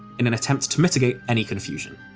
in an attempt to mitigate any confusion.